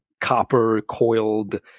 copper-coiled